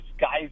guys